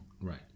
Right